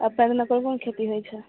अपना जिमा कोन कोन खेती होइ छै